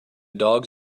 dogs